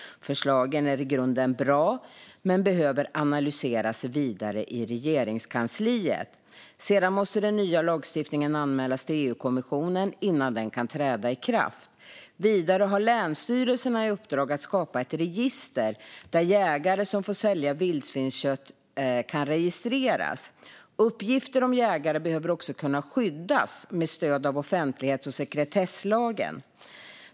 Förslagen är i grunden bra men behöver analyseras vidare i Regeringskansliet. Sedan måste den nya lagstiftningen anmälas till EU-kommissionen innan den kan träda i kraft. Vidare har länsstyrelserna i uppdrag att skapa ett register där jägare som får sälja vildsvinskött kan registreras. Uppgifter om jägare behöver också kunna skyddas med stöd av offentlighets och sekretesslagen .